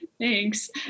thanks